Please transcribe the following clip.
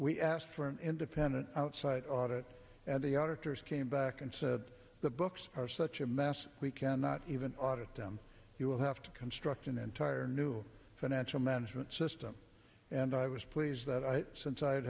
we asked for an independent outside audit and the auditors came back and said the books are such a mess we cannot even audit them you will have to construct an entire new financial management system and i was pleased that i since i